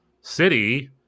city –